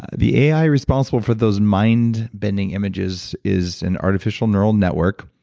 the ai responsible for those mind bending images is an artificial neural network,